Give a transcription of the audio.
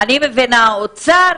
אני מבינה שהאוצר,